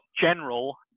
general